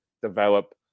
Develop